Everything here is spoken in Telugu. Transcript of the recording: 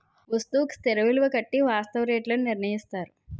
వస్తువుకు స్థిర విలువ కట్టి వాస్తవ రేట్లు నిర్ణయిస్తారు